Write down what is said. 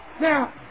Now